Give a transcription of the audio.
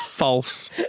False